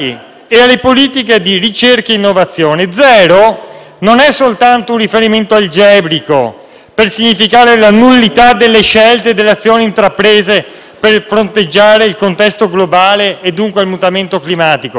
per significare la nullità delle scelte e delle azioni intraprese per fronteggiare il contesto globale e dunque il mutamento climatico; ma zero, Presidente, è il voto che si meritano questo Governo e questa maggioranza per l'assenza